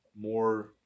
more